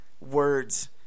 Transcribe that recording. words